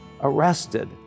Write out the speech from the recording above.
arrested